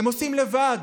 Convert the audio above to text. הם עושים לבד,